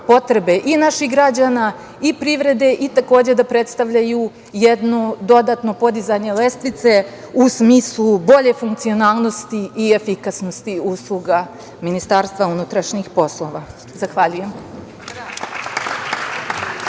i naših građana, i privrede, i takođe da predstavljaju jednu dodatno podizanje lestvice u smislu bolje funkcionalnosti i efikasnosti usluga MUP. Zahvaljujem.